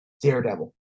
daredevil